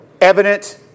evident